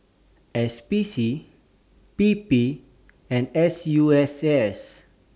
S P C P P and S U S S